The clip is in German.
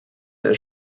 der